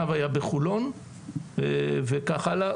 לפניו היה בחולון וכך הלאה.